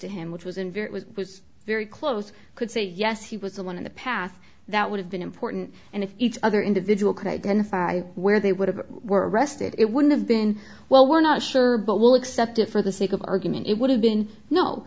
to him which was in very very close could say yes he was the one in the path that would have been important and if each other individual could identify where they would have were arrested it would have been well we're not sure but we'll accept it for the sake of argument it would have been no